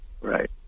Right